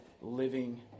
living